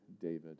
David